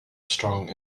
strong